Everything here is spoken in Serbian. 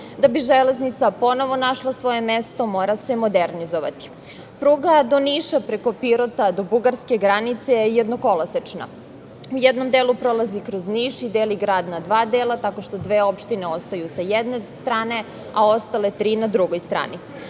Da bi železnica ponovo našla svoje mesto mora se modernizovati. Pruga do Niša, preko Pirota, do Bugarske granice je jednokolosečna, u jednom delu prolazi kroz Niš i deli grad na dva dela, tako što dve opštine ostaju sa jedne strane, a ostale tri na drugoj strani.